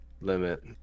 limit